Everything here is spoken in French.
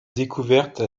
découverte